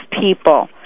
people